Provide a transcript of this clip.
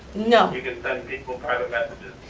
no. you can send people private messages.